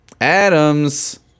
Adams